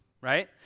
right